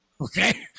Okay